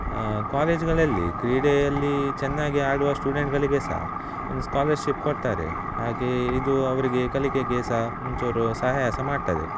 ಕಾಲೇಜ್ಗಳಲ್ಲಿ ಕ್ರೀಡೆಯಲ್ಲಿ ಚೆನ್ನಾಗಿ ಆಡುವ ಸ್ಟೂಡೆಂಟ್ಗಳಿಗೆ ಸಹ ಒಂದು ಸ್ಕಾಲರ್ಶಿಪ್ ಕೊಡ್ತಾರೆ ಹಾಗೆ ಇದು ಅವರಿಗೆ ಕಲಿಕೆಗೆ ಸಹ ಒಂಚೂರು ಸಹಾಯ ಸಹ ಮಾಡ್ತದೆ